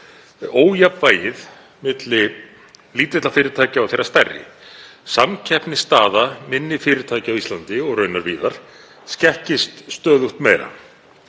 ójafnvægið milli lítilla fyrirtækja og þeirra stærri. Samkeppnisstaða minni fyrirtækja á Íslandi og raunar víðar skekkist stöðugt meira